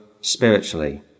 spiritually